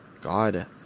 God